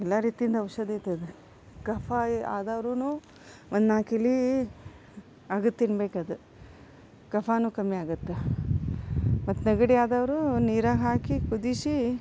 ಎಲ್ಲ ರೀತಿಯಿಂದ ಔಷಧಿ ಐತದು ಕಫ ಆದವ್ರುನೂ ಒಂದು ನಾಲ್ಕು ಎಲೆ ಅಗಿದು ತಿನ್ನಬೇಕದು ಕಫಾನು ಕಮ್ಮಿ ಆಗುತ್ತೆ ಮತ್ತು ನೆಗಡಿ ಆದವರು ನೀರಾಗ ಹಾಕಿ ಕುದಿಸಿ